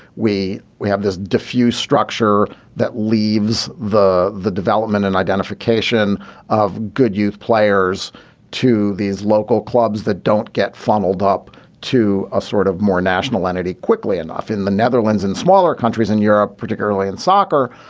we we have this diffuse structure that leaves the the development and identification of good youth players to these local clubs that don't get funneled up to a sort of more national entity quickly enough in the netherlands and smaller countries in europe particularly in soccer.